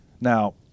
now